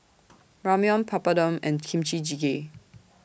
Ramyeon Papadum and Kimchi Jjigae